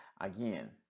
again